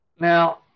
Now